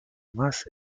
mas